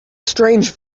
strange